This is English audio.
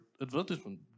advertisement